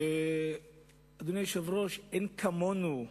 אדוני היושב-ראש, אין כמונו,